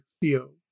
Theo